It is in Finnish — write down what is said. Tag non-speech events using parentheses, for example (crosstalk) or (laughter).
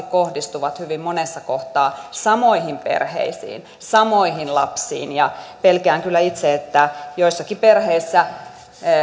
(unintelligible) kohdistuvat hyvin monessa kohtaa samoihin perheisiin samoihin lapsiin pelkään kyllä itse että joissakin perheissä